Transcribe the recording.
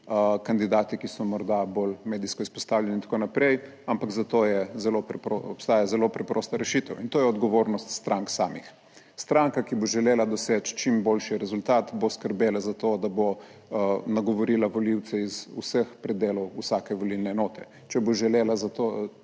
kandidati, ki so morda bolj medijsko izpostavljeni in tako naprej, ampak zato obstaja zelo preprosta rešitev in to je odgovornost strank samih. **118. TRAK: (TB) - 19.35** (nadaljevanje) Stranka, ki bo želela doseči čim boljši rezultat, bo skrbela za to, da bo nagovorila volivce iz vseh predelov vsake volilne enote, če bo želela za to